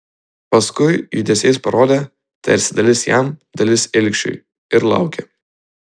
paskui judesiais parodė tarsi dalis jam dalis ilgšiui ir laukė